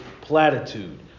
platitude